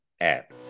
app